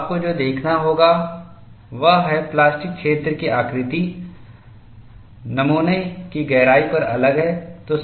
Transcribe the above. तो आपको जो देखना होगा वह है प्लास्टिक क्षेत्र की आकृति नमूना की गहराई पर अलग है